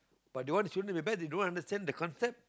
but they want their children to be best they don't understand the concept